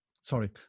sorry